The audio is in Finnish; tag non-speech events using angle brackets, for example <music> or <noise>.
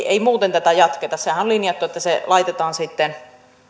<unintelligible> ei muuten tätä jatketa sehän on linjattu että se laitos